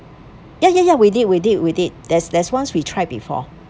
ya ya ya we did we did we did there's there's once we tried before